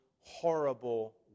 horrible